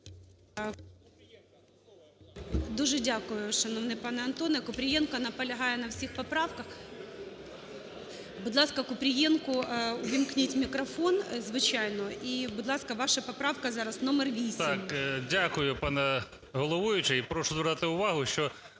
Дуже дякую, шановний пане Антоне. Купрієнконаполягає на всіх поправках. Будь ласка, Купрієнко увімкніть мікрофон, звичайно. І, будь ласка, ваша поправка зараз номер 8. 11:49:03 КУПРІЄНКО О.В. Дякую, пані головуюча. І прошу звернути увагу, що